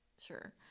sure